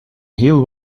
heel